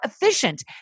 efficient